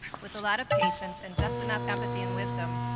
with a lot of patience and just enough empathy and wisdom,